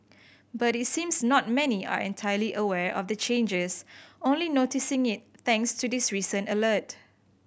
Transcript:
but it seems not many are entirely aware of the changes only noticing it thanks to this recent alert